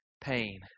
pain